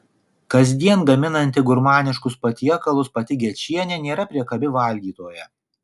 kasdien gaminanti gurmaniškus patiekalus pati gečienė nėra priekabi valgytoja